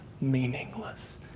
meaningless